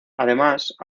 además